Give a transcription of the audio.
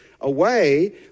away